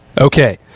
Okay